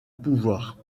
pouvoirs